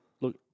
look